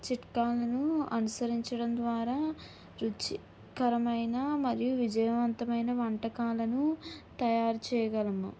చిట్కాలను అనుసరించడం ద్వారా రుచికరమైన మరియు విజయవంతమైన వంటకాలను తయారు చేయగలము